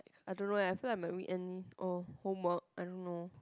I don't know eh I feel like my weekend oh homework I don't know